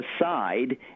aside